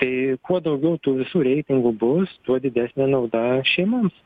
tai kuo daugiau tų visų reitingų bus tuo didesnė nauda šeimoms